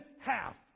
half